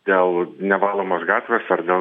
dėl nevalomos gatvės ar dėl